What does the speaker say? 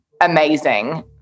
amazing